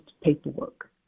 paperwork